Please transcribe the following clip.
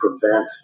prevent